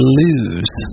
lose